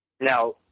Now